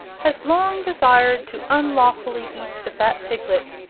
has long desired to unlawfully eat the fat piglet,